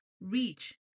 reach